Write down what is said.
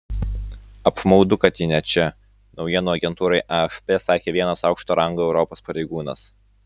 apmaudu kad ji ne čia naujienų agentūrai afp sakė vienas aukšto rango europos pareigūnas